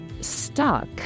stuck